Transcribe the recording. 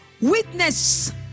witness